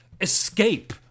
escape